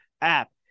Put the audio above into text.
app